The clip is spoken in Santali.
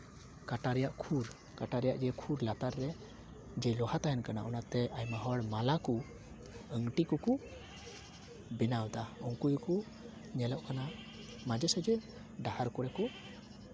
ᱠᱟᱴᱟ ᱨᱮᱭᱟᱜ ᱠᱷᱩᱨ ᱠᱟᱴᱟ ᱨᱮᱭᱟᱜ ᱠᱷᱩᱨ ᱡᱮ ᱞᱟᱛᱟᱨ ᱨᱮ ᱡᱮ ᱞᱳᱦᱟ ᱛᱟᱦᱮᱱ ᱠᱟᱱᱟ ᱚᱱᱟᱛᱮ ᱟᱭᱢᱟ ᱦᱚᱲ ᱢᱟᱞᱟ ᱠᱚ ᱟᱝᱴᱤ ᱠᱚᱠᱚ ᱵᱮᱱᱟᱣᱫᱟ ᱩᱱᱠᱩ ᱜᱮᱠᱚ ᱧᱮᱞᱚᱜ ᱠᱟᱱᱟ ᱢᱟᱡᱷᱮ ᱥᱟᱡᱷᱮ ᱰᱟᱦᱟᱨ ᱠᱚᱨᱮ ᱠᱚ